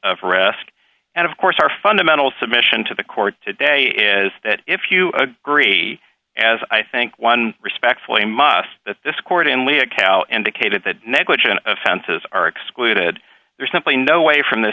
of risk and of course our fundamental submission to the court today is that if you agree as i think one respectfully must that this court in leah calle indicated that negligent offenses are excluded there's simply no way from the